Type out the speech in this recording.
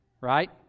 right